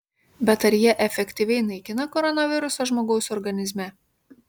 bet ar jie efektyviai naikina koronavirusą žmogaus organizme